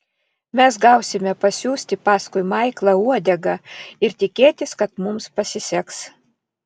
mes gausime pasiųsti paskui maiklą uodegą ir tikėtis kad mums pasiseks